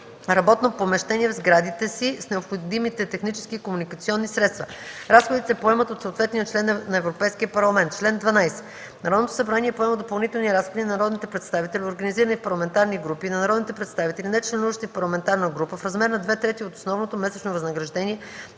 работно помещение в сградите си с необходимите технически и комуникационни средства. Разходите се поемат от съответния член на Европейския парламент. Чл. 12. Народното събрание поема допълнителни разходи на народните представители, организирани в парламентарни групи, и на народните представители, нечленуващи в парламентарна група, в размер на две трети от основното месечно възнаграждение